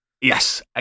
Yes